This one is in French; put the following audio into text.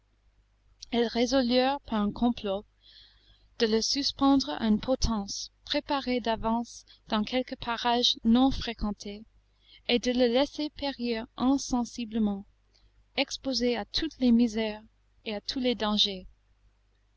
elles résolurent par un complot de le suspendre à une potence préparée d'avance dans quelque parage non fréquenté et de le laisser périr insensiblement exposé à toutes les misères et à tous les dangers